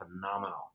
phenomenal